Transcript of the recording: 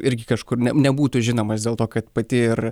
irgi kažkur nebūtų žinomas dėl to kad pati ir